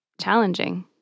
challenging